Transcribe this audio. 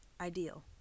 ideal